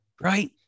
right